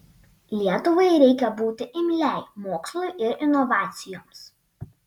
lietuvai reikia būti imliai mokslui ir inovacijoms